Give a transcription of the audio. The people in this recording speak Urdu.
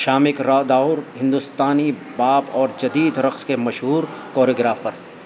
شامک راداور ہندوستانی باپ اور جدید رقص کے مشہور کوریو گرافر